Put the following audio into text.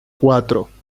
cuatro